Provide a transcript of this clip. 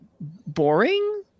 boring